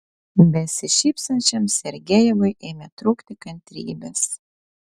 besišypsančiam sergejevui ėmė trūkti kantrybės